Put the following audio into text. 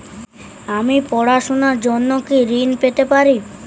আমি পড়াশুনার জন্য কি ঋন পেতে পারি?